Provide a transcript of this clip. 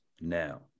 now